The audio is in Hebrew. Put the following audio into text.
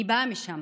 אני באה משם,